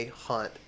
Hunt